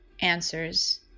answers